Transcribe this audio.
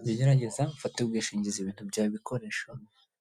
Nzajya ngerageza mfate ubwishingizi ibintu byawe, ibikoresho